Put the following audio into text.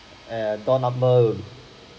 and door number